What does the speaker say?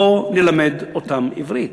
בוא נלמד אותם עברית.